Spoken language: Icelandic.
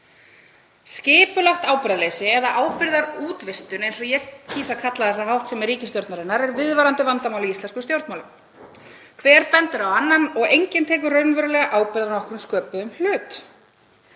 Skipulagt ábyrgðarleysi eða ábyrgðarútvistun, eins og ég kýs að kalla þessa háttsemi ríkisstjórnarinnar, er viðvarandi vandamál í íslenskum stjórnmálum. Hver bendir á annan og enginn tekur raunverulega ábyrgð á nokkrum sköpuðum hlut.